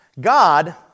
God